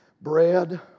bread